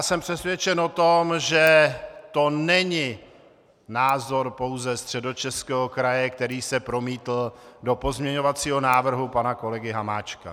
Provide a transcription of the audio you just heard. Jsem přesvědčen o tom, že to není názor pouze Středočeského kraje, který se promítl do pozměňovacího návrhu pana kolegy Hamáčka.